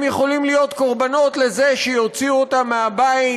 הם יכולים להיות קורבנות שיוציאו אותם מהבית